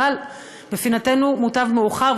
אבל בפינתנו מוטב מאוחר,